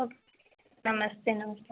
okay नमस्ते नमस्ते